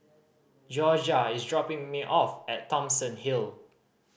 Jorja is dropping me off at Thomson Hill